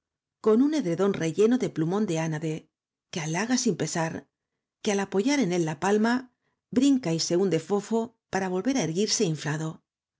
con un edredón relleno de plumón de ánade que h a laga sin pesar que al apoyar en él la palma brinca y se hunde fofo para volver á erguirse inflado